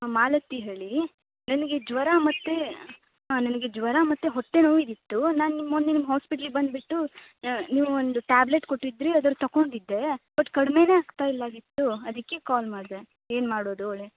ಮಾಲತಿ ಹೇಳಿ ನನಗೆ ಜ್ವರ ಮತ್ತು ಹಾಂ ನನಗೆ ಜ್ವರ ಮತ್ತು ಹೊಟ್ಟೆ ನೋವು ಇದ್ದಿತ್ತು ನಾನು ನಿಮ್ಮ ಮೊನ್ನೆ ನಿಮ್ಮ ಹಾಸ್ಪಿಟ್ಲಿಗೆ ಬಂದುಬಿಟ್ಟು ನೀವೊಂದು ಟ್ಯಾಬ್ಲೆಟ್ ಕೊಟ್ಟಿದ್ದಿರಿ ಅದ್ ತಗೊಂಡಿದ್ದೆ ಬಟ್ ಕಡ್ಮೆಯೇ ಆಗ್ತ ಇಲ್ಲ ಅದಕ್ಕೆ ಕಾಲ್ ಮಾಡಿದೆ ಏನು ಮಾಡೋದು ಓಳೆ